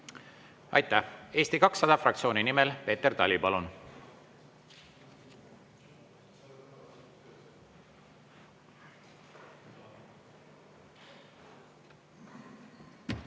Aitäh! Eesti 200 fraktsiooni nimel Peeter Tali, palun!